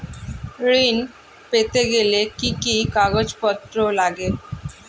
ঋণ পেতে গেলে কি কি কাগজপত্র লাগে?